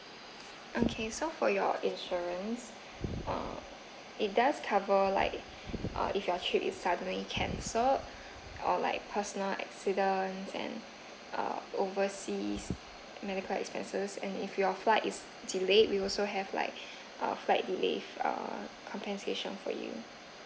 okay so for your insurance err it does cover like uh if your trip is suddenly cancelled or like personal accidents and uh overseas medical expenses and if your flight is delayed we also have like uh flight delay uh compensation for you